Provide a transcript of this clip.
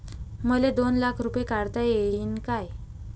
मले दोन लाख रूपे काढता येईन काय?